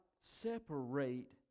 separate